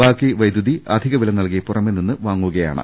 ബാക്കി വൈദ്യുതി അധിക വില നൽകി പുറമെ നിന്ന് വാങ്ങുകയാണ്